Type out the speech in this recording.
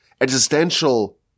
existential